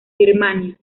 birmania